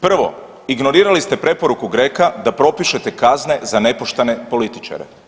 Prvo, ignorirali ste preporuku GRECO-a da propišete kazne za nepoštene političare.